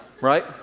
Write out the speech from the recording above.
Right